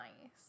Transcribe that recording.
nice